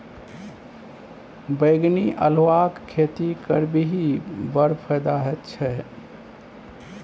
बैंगनी अल्हुआक खेती करबिही बड़ फायदा छै